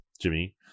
Jimmy